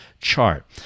chart